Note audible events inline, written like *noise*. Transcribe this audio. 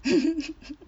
*laughs*